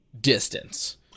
distance